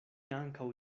ankaŭ